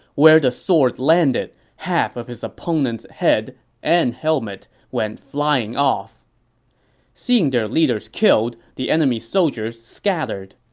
where the sword landed, half of his opponent's head and helmet went flying off seeing their leaders killed, the enemy soldiers scattered,